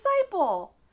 disciple